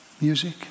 music